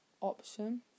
option